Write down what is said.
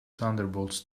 thunderbolts